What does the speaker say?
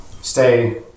stay